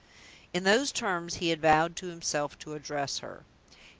in those terms he had vowed to himself to address her.